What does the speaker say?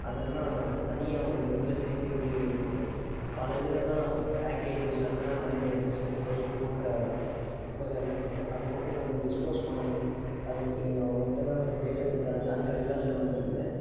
அதெல்லாம் தனியாக ஒரு இதில் சேர்ந்துக்கிட்டு இருக்குது சார் பல இதிலெல்லாம் பாக்கேஜஸ் அதெல்லாம் நிறைய இருக்குது சார் பை போன்ற இதெல்லாம் இருக்குது சார் அதை மட்டும் கொஞ்சம் டிஸ்போஸ் பண்ணணும் அதுக்கு நான் உங்கள்கிட்ட தான் சார் பேசுறதுக்கு தான் அதுக்காண்டி தான் சார் வந்திருந்தேன்